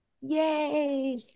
Yay